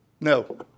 No